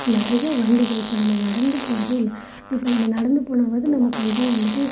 நிறைய வண்டிகள் இப்போ நம்ம நடந்து போகிறதே இல்லை இப்போ நம்ம நடந்து போனாவாது நமக்குக் கொஞ்சம் வந்துவிட்டு